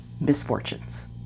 misfortunes